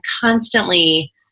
constantly